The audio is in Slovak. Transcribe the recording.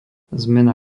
zmena